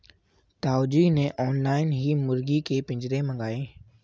ताऊ जी ने ऑनलाइन ही मुर्गी के पिंजरे मंगाए